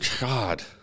God